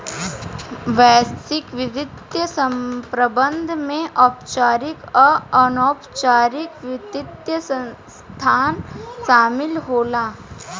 वैश्विक वित्तीय प्रबंधन में औपचारिक आ अनौपचारिक वित्तीय संस्थान शामिल होला